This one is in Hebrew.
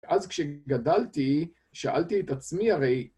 אז כשגדלתי, שאלתי את עצמי הרי,